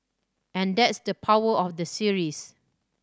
and that's the power of the series